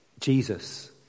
Jesus